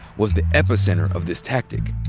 was the epicenter of this tactic.